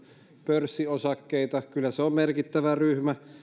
pörssiosakkeita kyllä se on merkittävä ryhmä